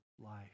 life